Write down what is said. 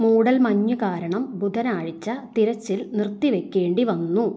മൂടൽമഞ്ഞ് കാരണം ബുധനാഴ്ച തിരച്ചിൽ നിർത്തി വയ്ക്കേണ്ടി വന്നു